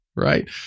right